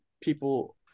people